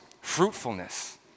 fruitfulness